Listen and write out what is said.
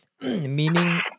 meaning